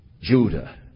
Judah